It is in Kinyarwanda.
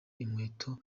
inkweto